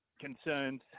concerns